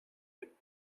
him